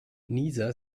nieser